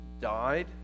died